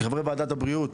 וחברי וועדת הבריאות,